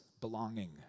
Belonging